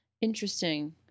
Interesting